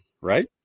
right